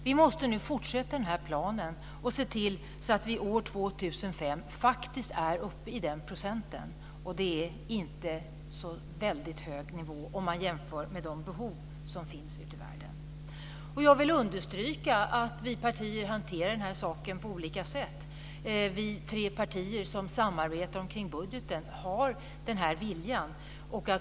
Vi måste nu fortsätta med den här planen och se till att vi år 2005 faktiskt är uppe i den procenten. Det är inte en så väldigt hög nivå om man jämför med de behov som finns ute i världen. Jag vill understryka att partierna hanterar den här saken på olika sätt. I de tre partier som samarbetar om budgeten har vi den här viljan.